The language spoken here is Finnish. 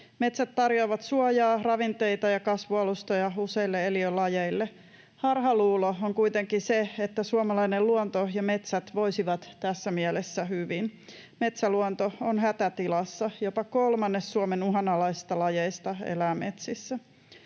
Metsät tarjoavat suojaa, ravinteita ja kasvualustoja useille eliölajeille. Harhaluulo on kuitenkin se, että suomalainen luonto ja metsät voisivat tässä mielessä hyvin. Metsäluonto on hätätilassa, jopa kolmannes Suomen uhanalaisista lajeista elää metsissä.